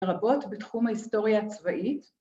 ‫רבות בתחום ההיסטוריה הצבאית.